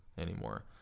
anymore